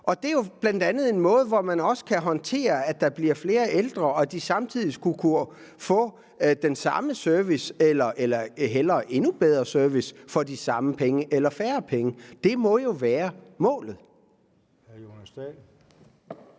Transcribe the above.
Det er jo bl.a. på den måde, man kan håndtere, at der bliver flere ældre, og at de samtidig kan få den samme service eller hellere endnu bedre service for de samme penge eller færre penge. Det må jo være målet.